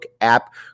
app